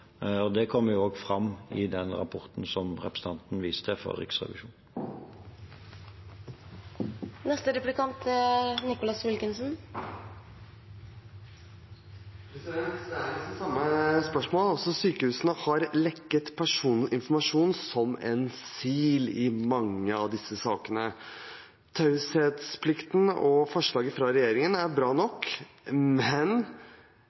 Det kommer også fram i den rapporten som representanten Toppe viser til fra Riksrevisjonen. Det er nesten samme spørsmål. Sykehusene har lekket personinformasjon som en sil i mange av disse sakene. Taushetsplikten og forslaget fra regjeringen er bra nok, men